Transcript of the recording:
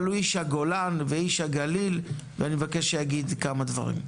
אבל הוא איש הגולן ואיש הגליל ואני מבקש שיגיד כמה דברים.